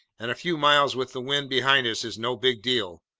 and a few miles with the wind behind us is no big deal.